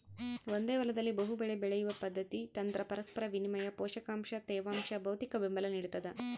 ಒಂದೇ ಹೊಲದಲ್ಲಿ ಬಹುಬೆಳೆ ಬೆಳೆಯುವ ಪದ್ಧತಿ ತಂತ್ರ ಪರಸ್ಪರ ವಿನಿಮಯ ಪೋಷಕಾಂಶ ತೇವಾಂಶ ಭೌತಿಕಬೆಂಬಲ ನಿಡ್ತದ